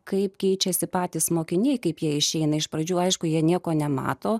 kaip keičiasi patys mokiniai kaip jie išeina iš pradžių aišku jie nieko nemato